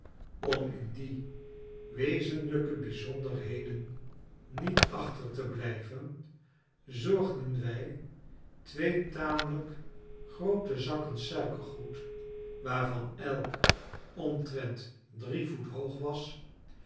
om in die wezenlijke bijzonderbeden niet achter te blijven zorgden wij twee tamelijk groote zakken suikergoed waarvan elk omtrent drie voet hoog was